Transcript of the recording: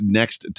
next